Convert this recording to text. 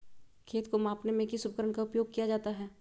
खेत को मापने में किस उपकरण का उपयोग किया जाता है?